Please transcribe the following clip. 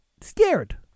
Scared